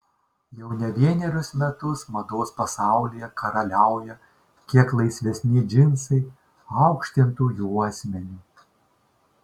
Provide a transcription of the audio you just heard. jau ne vienerius metus mados pasaulyje karaliauja kiek laisvesni džinsai aukštintu juosmeniu